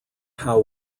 how